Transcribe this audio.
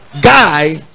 guy